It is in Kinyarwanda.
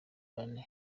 bane